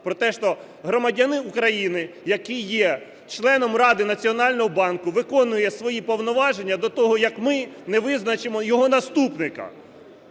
про те, що громадянин України, який є членом Ради Національного банку, виконує свої повноваження до того, як ми не визначимо його наступника,